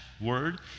word